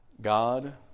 God